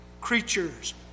creatures